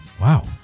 Wow